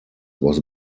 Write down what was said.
was